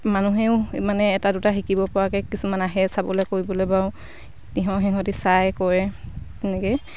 মানুহেও মানে এটা দুটা শিকিবপৰাকৈ কিছুমান আহে চাবলৈ কৰিবলৈ বাৰু ইহঁত সিহঁতি চায় কৰে তেনেকৈয়ে